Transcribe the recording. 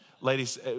Ladies